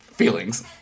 feelings